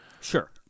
Sure